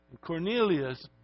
Cornelius